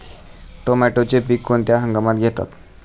टोमॅटोचे पीक कोणत्या हंगामात घेतात?